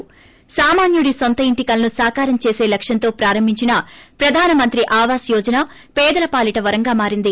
ి సామాన్యుడి నొంత ఇంటి కలను సాకారం చేసే లక్క్యం తో ప్రారంభించిన ప్రధానమంత్రి ఆవాస్ యోజన పేదల పాలీట వరం గా మారింది